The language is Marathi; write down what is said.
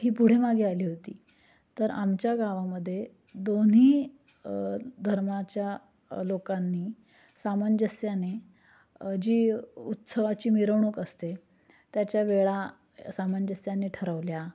ही पुढेमागे आली होती तर आमच्या गावामध्ये दोन्ही धर्माच्या लोकांनी सामंजस्याने जी उत्सवाची मिरवणूक असते त्याच्या वेळा सामंजस्याने ठरवल्या